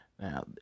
Now